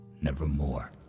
Nevermore